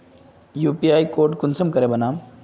UPI code कुंसम करे बनाम?